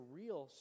real